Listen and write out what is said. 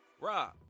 Rob